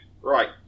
right